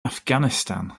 afghanistan